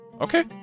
Okay